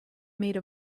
made